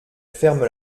ferme